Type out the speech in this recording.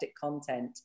content